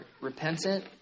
repentant